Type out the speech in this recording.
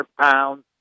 pounds